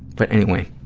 but anyway,